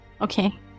Okay